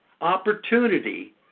opportunity